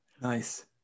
Nice